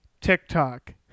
TikTok